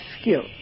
skill